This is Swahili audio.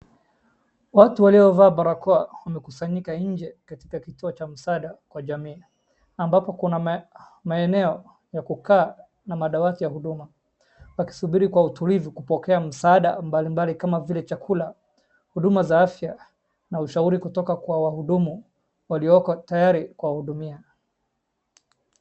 Watu waliovaa barakoa wamekusanyika nje katika kituo cha msaada kwa jamii, ambapo kuna maeneo ya kukaa na madawati ya huduma, wakisubiri kwa utulivu kupokea msaada mbali mbali, kama vile chakula, huduma za afya na ushauri kutoka kwa wahudumu waliyoko tayari kuwahudumia.